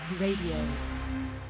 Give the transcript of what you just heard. radio